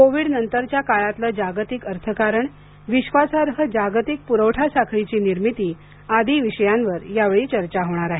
कोविडनंतरच्या काळातलं जागतिक अर्थकारण विश्वासार्ह जागतिक पुरवठासाखळीची निर्मिती आदी विषयांवर चर्चा होणार आहे